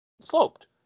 sloped